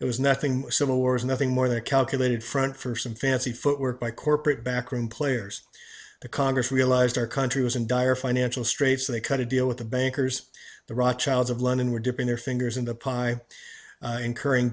there was nothing civil war is nothing more than a calculated front for some fancy footwork by corporate backroom players the congress realized our country was in dire financial straits they cut a deal with the bankers the raw chiles of london were dipping their fingers in the pie incurring